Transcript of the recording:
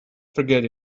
forget